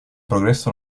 progresso